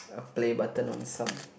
a play button on some